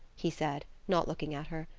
he said, not looking at her,